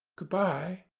good-bye!